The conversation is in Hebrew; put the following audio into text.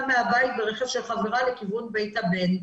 מהבית ברכב של חברה לכיוון בית הבן,